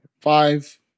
Five